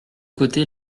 côté